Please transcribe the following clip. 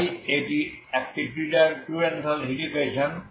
তাই এটি একটি টু ডাইমেনশনাল হিট ইকুয়েশন